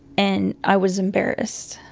and i was embarrassed,